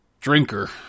drinker